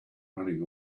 running